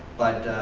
but,